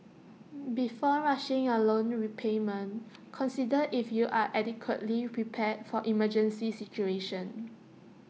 before rushing your loan repayment consider if you are adequately prepared for emergency situations